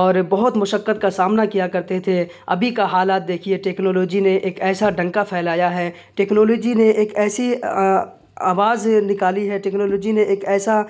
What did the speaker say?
اور بہت مشقت کا سامنا کیا کرتے تھے ابھی کا حالات دیکھیے ٹیکنالاجی نے ایک ایسا ڈنکا پھیلایا ہے ٹیکنالاجی نے ایک ایسی آواز نکالی ہے ٹیکنالاجی نے ایک ایسا